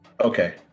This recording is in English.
Okay